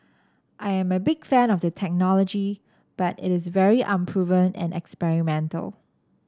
I am a big fan of the technology but it is very unproven and experimental